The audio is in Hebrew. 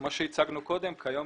כפי שהצגנו קודם, כיום